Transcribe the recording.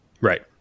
Right